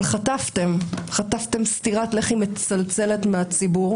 אבל חטפתם, חטפתם סטירת לחי מצלצלת מהציבור.